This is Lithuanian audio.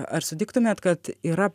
ar sutiktumėt kad yra